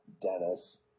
Dennis